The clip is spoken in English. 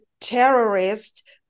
terrorist